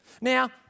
Now